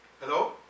Hello